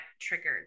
triggered